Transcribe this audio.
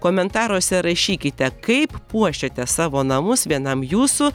komentaruose rašykite kaip puošiate savo namus vienam jūsų